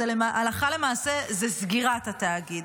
הלכה למעשה זה סגירת התאגיד.